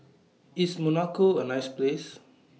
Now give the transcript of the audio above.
IS Monaco A nice Place